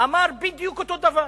אמר בדיוק אותו דבר,